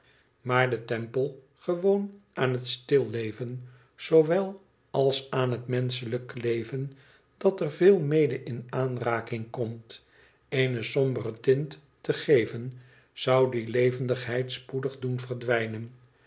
maar de temple gewoon aan het stilleven zoowel als aan het menschelijk leven dat er veel mede in aanraking komt eene sombere tint te geven zou die levendigheid spoedig doen verdwijnen